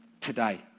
today